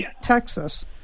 texas